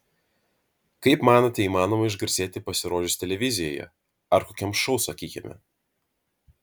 kaip manote įmanoma išgarsėti pasirodžius televizijoje ar kokiam šou sakykime